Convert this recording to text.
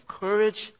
courage